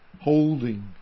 holding